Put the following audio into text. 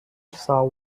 saw